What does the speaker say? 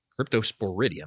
cryptosporidium